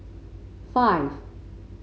five